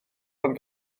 pan